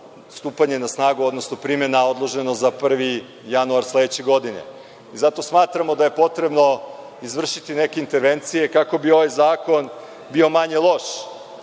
stupanje na snagu, odnosno primena odložena za 1. januar sledeće godine. Zato smatramo da je potrebno izvršiti neke intervencije kako bi ovaj zakon bio manje loš